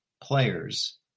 players